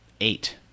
eight